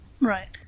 Right